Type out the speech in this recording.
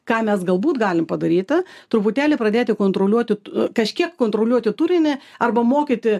ką mes galbūt galim padaryti truputėlį pradėti kontroliuoti kažkiek kontroliuoti turinį arba mokyti